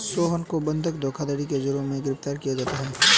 सोहन को बंधक धोखाधड़ी के जुर्म में गिरफ्तार किया गया